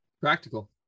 Practical